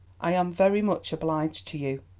i am very much obliged to you.